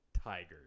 Tigers